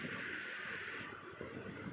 সেগুন, শাল ইত্যাদি হল বিভিন্ন রকমের কাঠ